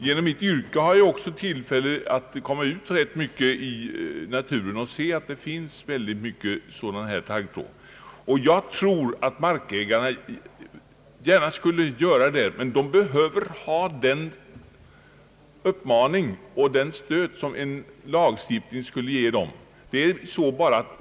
Genom mitt yrke har jag också tillfälle att komma ut i naturen rätt mycket och konstatera att det finns åtskillig sådan taggtråd kvar. Jag tror att markägarna gärna skulle ta bort den, men de behöver den uppmaning och det stöd som en lagstiftning skulle ge dem.